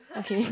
okay